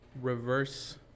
reverse